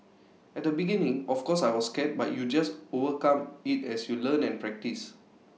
at the beginning of course I was scared but you just overcome IT as you learn and practice